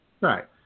Right